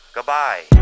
Goodbye